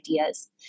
ideas